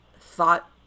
thought